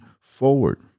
forward